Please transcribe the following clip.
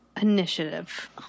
Initiative